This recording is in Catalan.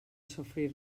sofrir